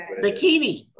Bikini